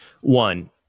One